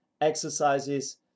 exercises